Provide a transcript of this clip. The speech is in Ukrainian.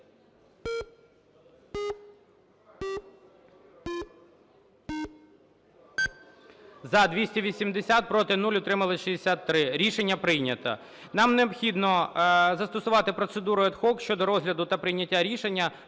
За-287 Проти – 0, утрималися – 13. Рішення прийнято. Нам необхідно застосувати процедуру ad hoc щодо розгляду та прийняття рішення